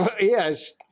Yes